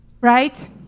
right